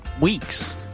weeks